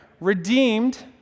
redeemed